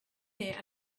there